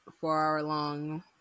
four-hour-long